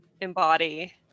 embody